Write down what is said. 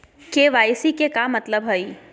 KYC के का मतलब हई?